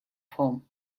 home